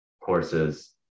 courses